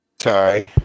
Sorry